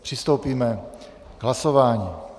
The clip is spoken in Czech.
Přistoupíme k hlasování.